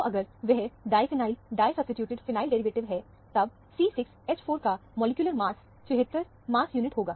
तो अगर वह diphenyl disubstituted phenyl derivative disubstituted phenyl derivative है तब C6H4 का मॉलिक्यूलर मास 76 मास यूनिट होगा